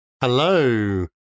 Hello